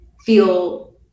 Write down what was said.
feel